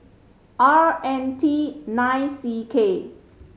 R N T nine C K